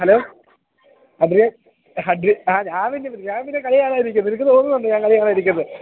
hello അഭിനെ അത് ആ ഞാൻ പിന്നെ ഞാൻ പിന്നെ കളി കാണാതിരിക്കുമോ നിനക്ക് തോന്നുന്നുണ്ടോ ഞാൻ കളി കാണാതിരിക്കും എന്ന്